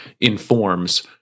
informs